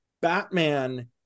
Batman